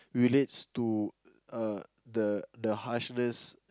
relates to a the the harshness